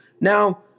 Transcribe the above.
Now